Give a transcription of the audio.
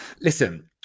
Listen